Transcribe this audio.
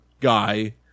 guy